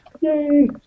Yay